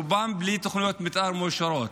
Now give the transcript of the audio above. רובם בלי תוכניות מתאר מאושרות,